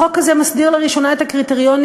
החוק הזה מסדיר לראשונה את הקריטריונים